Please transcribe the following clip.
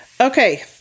Okay